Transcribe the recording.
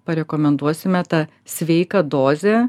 parekomenduosime tą sveiką dozę